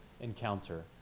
encounter